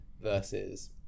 versus